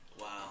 wow